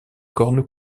cornes